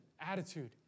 attitude